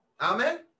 Amen